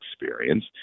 experience